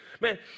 Man